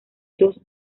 josh